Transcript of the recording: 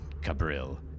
Cabril